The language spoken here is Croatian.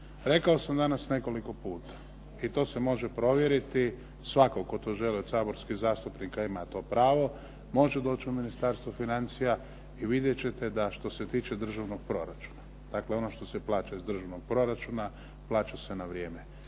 Rekao sam danas nekoliko puta i to se može provjeriti svatko tko to želi od saborskih zastupnika ima to pravo, može doći u Ministarstvo financija i vidjet ćete da što se tiče državnog proračuna, dakle ono što se plaća iz državnog proračuna plaća se na vrijeme.